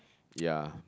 ya